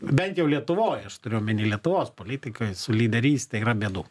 bent jau lietuvoj aš turiu omeny lietuvos politikoj su lyderyste yra bėdų